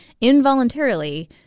involuntarily